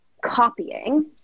copying